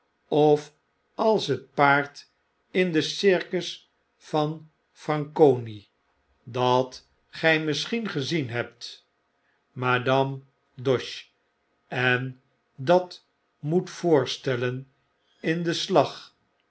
of als het paard in den circus van franconi dat gij misschien gezien hebt madame doche en dat moet voorstellen in den slag